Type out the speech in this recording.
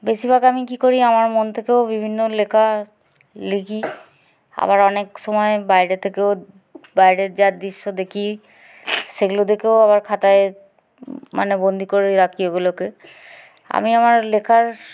বেশিরভাগ আমি কী করি আমার মন থেকেও বিভিন্ন লেখা লিখি আবার অনেক সময় বাইরে থেকেও বাইরের যার দৃশ্য দেখি সেগুলো দেখেও আবার খাতায় মানে বন্দি করে রাখি ওগুলোকে আমি আমার লেখার